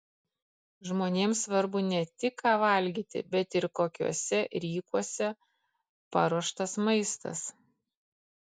žmonėms svarbu ne tik ką valgyti bet ir kokiuose rykuose paruoštas maistas